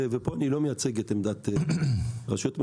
ופה אני לא מייצג את עמדת הרשויות המקומיות,